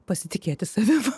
pasitikėti savimi